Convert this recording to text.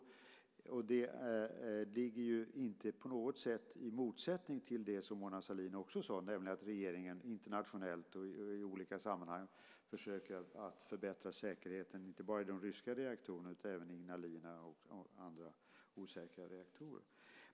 Det står inte på något sätt i motsatsställning till det som Mona Sahlin också sade, nämligen att regeringen internationellt och i andra sammanhang försöker förbättra säkerheten inte bara i de ryska reaktorerna utan även i Ignalina och andra osäkra reaktorer.